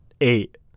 eight